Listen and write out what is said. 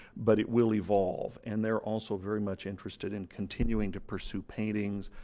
but it will evolve. and they're also very much interested in continuing to pursue paintings,